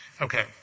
Okay